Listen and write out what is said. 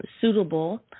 suitable